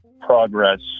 progress